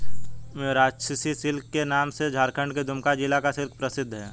Mayurakshi silk के नाम से झारखण्ड के दुमका जिला का सिल्क प्रसिद्ध है